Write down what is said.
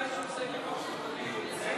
בבקשה, מוסי, עד שלוש דקות.